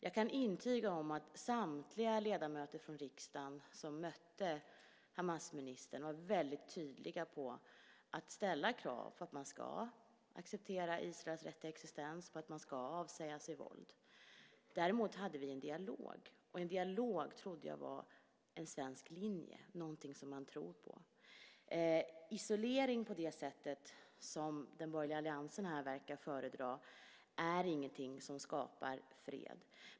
Jag kan intyga att samtliga ledamöter från riksdagen som mötte Hamasministern väldigt tydligt ställde krav på att man ska acceptera Israels rätt till existens och att man ska ta avstånd från våld. Däremot hade vi en dialog, och dialog trodde jag var en svensk linje, något som vi tror på. Isolering på det sätt som den borgerliga alliansen här verkar föredra är ingenting som skapar fred.